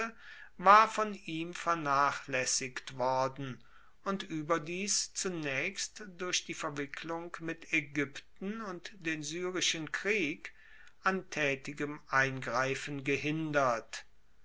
war von ihm vernachlaessigt worden und ueberdies zunaechst durch die verwicklung mit aegypten und den syrischen krieg an taetigem eingreifen gehindert